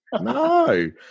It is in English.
No